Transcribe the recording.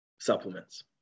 supplements